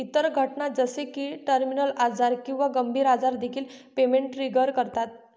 इतर घटना जसे की टर्मिनल आजार किंवा गंभीर आजार देखील पेमेंट ट्रिगर करतात